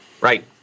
Right